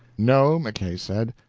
no, mackay said,